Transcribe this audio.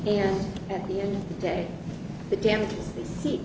and at the end of the day the damage to the heat